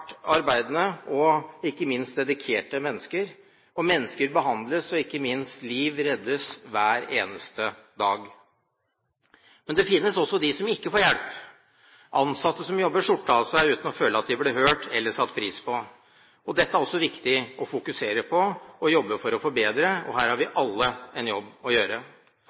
arbeidende og ikke minst dedikerte mennesker. Mennesker behandles, og – ikke minst – liv reddes hver eneste dag. Men det finnes også dem som ikke får hjelp, ansatte som jobber skjorta av seg uten å føle at de blir hørt eller satt pris på. Dette er også viktig å fokusere på og jobbe for å forbedre. Her har vi alle en jobb å gjøre.